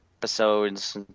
episodes